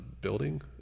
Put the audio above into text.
building